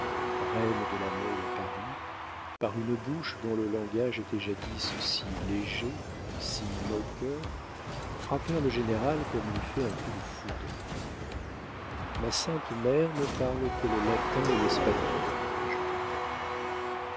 reine de la mode à paris par une bouche dont le langage était jadis si léger si moqueur frappèrent le général comme l'eût fait un coup de foudre ma sainte mère ne parle que le latin et l'espagnol ajouta-t-elle